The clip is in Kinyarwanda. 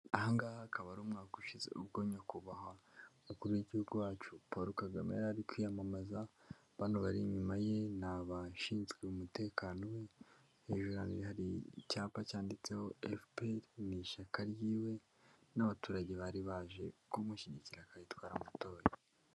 Ahangaha hakaba ari umwaka ushize ,ubwo nyakubahwa umukuru w'igihugu wacu Paul Kagame yarari kwiyamamaza, bano bari inyuma ye n'abashinzwe umutekano we. Hejuru hari icyapa cyanditseho FPR n'ishyaka ry'iwe n'abaturage bari baje kumushyigikira akandi twaramutoye.